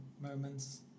moments